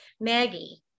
Maggie